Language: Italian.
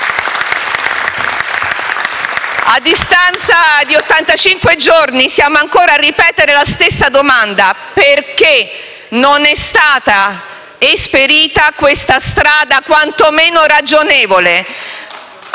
di ottantacinque giorni, siamo ancora a ripetere la stessa domanda: perché non è stata esperita questa strada quantomeno ragionevole?